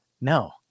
no